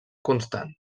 constants